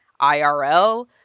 IRL